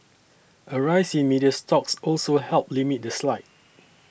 a rise in media stocks also helped limit the slide